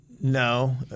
No